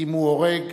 אם הוא הורג